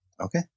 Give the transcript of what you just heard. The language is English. Okay